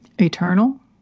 eternal